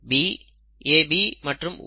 A B AB மற்றும் O